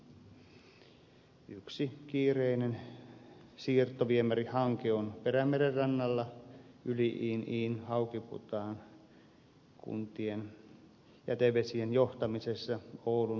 yksi kiireinen siirtoviemärihanke on perämeren rannalla yli iin iin haukiputaan kuntien jätevesien johtamisessa oulun taskilaan